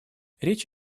речь